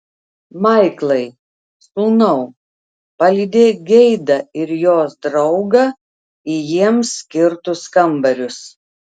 maiklai sūnau palydėk geidą ir jos draugą į jiems skirtus kambarius